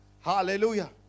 Hallelujah